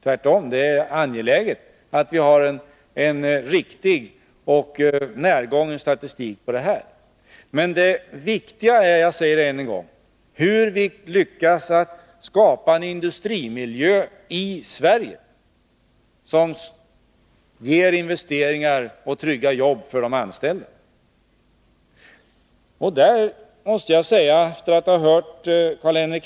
Tvärtom — det är angeläget att vi har en riktig och närgången statistik över detta. Men det viktiga är — jag säger det än en gång — att vi lyckas skapa en industrimiljö i Sverige som ger investeringar och trygga jobb för de anställda. Efter att vid två tillfällen ha hört C.-H.